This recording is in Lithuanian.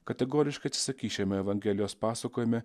kategoriškai atsisakys šiame evangelijos pasakojime